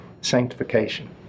sanctification